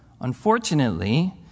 Unfortunately